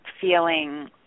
feeling